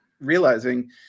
realizing